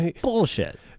Bullshit